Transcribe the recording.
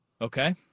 Okay